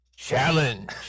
Challenge